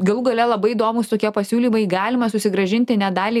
galų gale labai įdomūs tokie pasiūlymai galima susigrąžinti net dalį